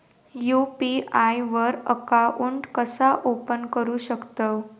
UPI वर account कसा open करू शकतव?